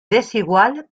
desigual